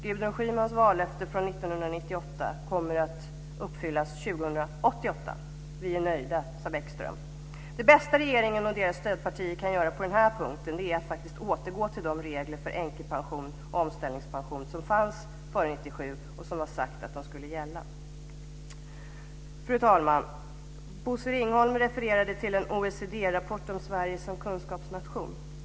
Gudrun Schymans vallöfte från 1998 kommer att uppfyllas 2088. Vi är nöjda, sade Lars Bäckström. Det bästa som regeringen och dess stödpartier kan göra på den här punkten är att återgå till de regler för änkepension och omställningspension som gällde före 1997 och som var sagt att de skulle gälla. Fru talman! Bosse Ringholm refererade till en OECD-rapport om Sverige som kunskapsnation.